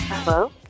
Hello